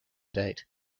date